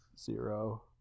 zero